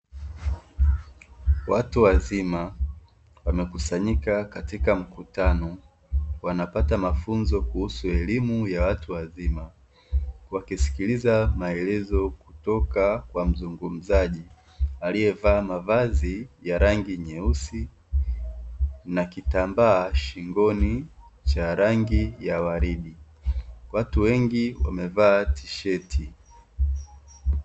Watu wazima wamekusanyika katika mkutano wanapata mafunzo kuhusu elimu ya watu wazima, wakisikiliza maelezo kutoka kwa mzungumzaji aliyevaa mavazi ya rangi nyeusi na kitambaa shingoni cha rangi ya waridi; watu wengi wamevaa tisheti.